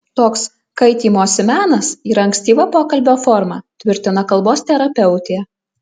toks kaitymosi menas yra ankstyva pokalbio forma tvirtina kalbos terapeutė